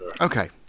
Okay